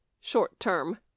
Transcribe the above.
short-term